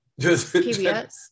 PBS